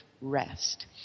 rest